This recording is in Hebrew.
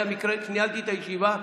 היה מקרה כשניהלתי את הישיבה,